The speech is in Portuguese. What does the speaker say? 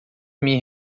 minha